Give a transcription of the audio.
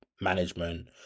management